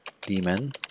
demon